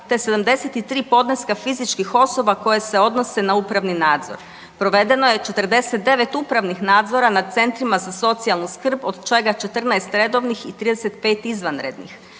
te 73 podneska fizičkih osoba koje se odnose na upravni nadzor. Provedeno je 49 upravnih nadzora nad centrima za socijalnu skrb od čega 14 redovnih i 35 izvanrednih.